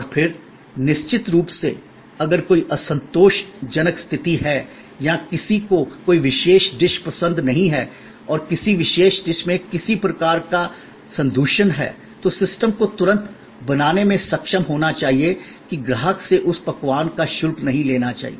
और फिर निश्चित रूप से अगर कोई असंतोषजनक स्थिति है या किसी को कोई विशेष डिश पसंद नहीं है और किसी विशेष डिश में किसी प्रकार का संदूषण है तो सिस्टम को तुरंत बनाने में सक्षम होना चाहिए कि ग्राहक से उस पकवान का शुल्क नहीं लेना चाहिए